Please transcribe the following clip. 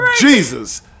Jesus